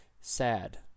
Sad